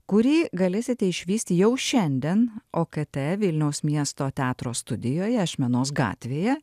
kurį galėsite išvysti jau šiandien okt vilniaus miesto teatro studijoje ašmenos gatvėje